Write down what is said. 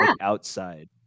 outside